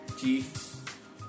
chief